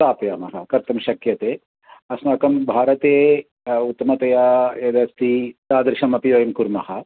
स्थापयामः कर्तुं शक्यते अस्माकं भारते उत्तमतया यदस्ति तादृशमपि वयं कुर्मः